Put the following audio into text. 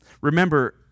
Remember